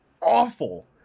awful